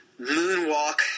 moonwalk